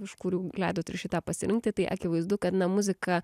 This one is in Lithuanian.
iš kurių leidot ir šį tą pasirinkti tai akivaizdu kad na muzika